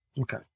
Okay